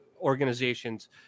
organizations